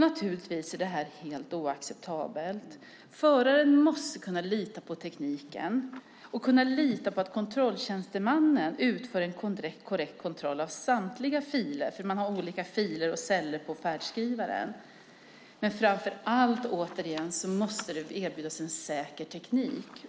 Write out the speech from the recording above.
Naturligtvis är detta helt oacceptabelt. Föraren måste kunna lita på tekniken och kunna lita på att kontrolltjänstemannen utför en korrekt kontroll av samtliga filer - det finns olika filer och celler i färdskrivaren. Men framför allt måste, återigen, en säker,